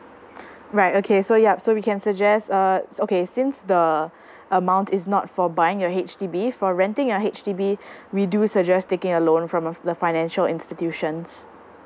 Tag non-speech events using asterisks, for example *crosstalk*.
*breath* right okay so yup so we can suggest uh okay since the *breath* amount is not for buying a H_D_B for renting a H_D_B *breath* we do suggest taking a loan from a the financial institutions